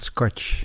Scotch